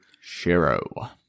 Shiro